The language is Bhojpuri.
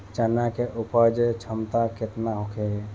चना के उपज क्षमता केतना होखे?